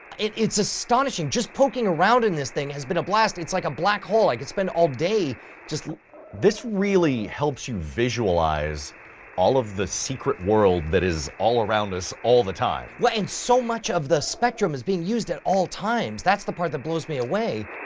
it's astonishing, just poking around in this thing has been a blast. it's like a black hole, i could spend all day just this really helps you visualize all of the secret world that is all around us, all the time. well, and so much of the spectrum is being used at all times. that's the part that blows me away.